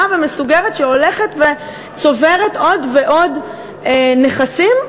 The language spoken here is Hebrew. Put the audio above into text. ומסוגרת שהולכת וצוברת עוד ועוד נכסים,